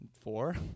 Four